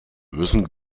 müssen